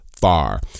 far